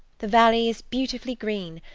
the valley is beautifully green,